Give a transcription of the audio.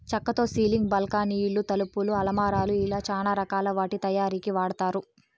చక్కతో సీలింగ్, బాల్కానీలు, తలుపులు, అలమారాలు ఇలా చానా రకాల వాటి తయారీకి వాడతారు